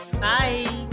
Bye